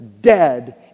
dead